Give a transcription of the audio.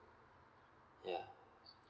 ya